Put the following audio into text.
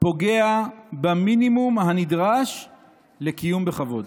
פוגע במינימום הנדרש לקיום בכבוד,